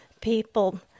people